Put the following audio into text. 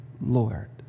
Lord